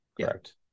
correct